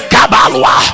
Kabalua